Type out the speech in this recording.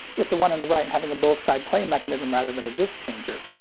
with the one on the right having a both side play mechanism rather than a disc changer.